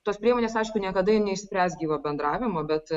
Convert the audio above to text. tos priemonės aišku niekada neišspręs gyvo bendravimo bet